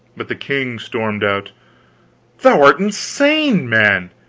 but the king stormed out thou'rt insane, man.